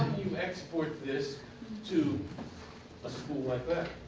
you export this to a school like that?